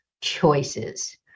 choices